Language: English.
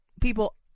people